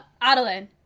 Adeline